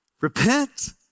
Repent